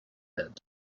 head